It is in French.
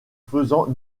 faisant